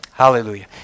Hallelujah